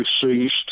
ceased